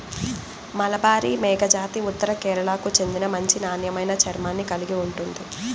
మలబారి మేకజాతి ఉత్తర కేరళకు చెందిన మంచి నాణ్యమైన చర్మాన్ని కలిగి ఉంటుంది